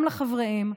גם לחבריהם,